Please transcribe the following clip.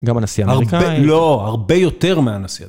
גם הנשיא האמריקאי. לא, הרבה יותר מהנשיא.